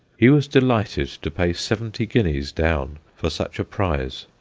he was delighted to pay seventy guineas down for such a prize.